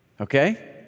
Okay